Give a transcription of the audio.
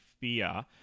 fear